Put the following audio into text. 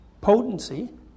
potency